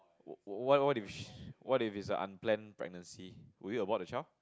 what what what if what if it's unplanned pregnancy will you abort the child